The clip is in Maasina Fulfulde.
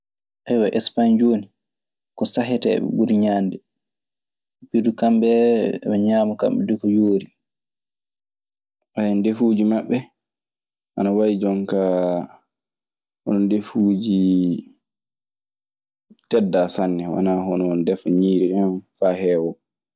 Españ jooni ko sahetee ɓe ɓuri ñaande. Kamɓee, eɓe ñaama kamɓe duu ko yoori. Ndefuuji maɓɓe ana wayi, jon kaa, hono ndefuuji teddaa sanne. Wanaa hono ndefa ñiiri en faa heewa.